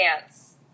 dance